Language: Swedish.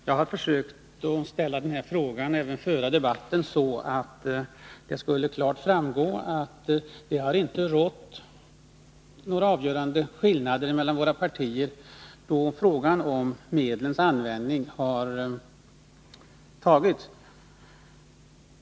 Herr talman! Jag har försökt att ställa den här frågan och även föra debatten så, att det klart skulle framgå att det inte rått några avgörande skillnader mellan våra partier då besluten om medlens användning har fattats.